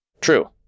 True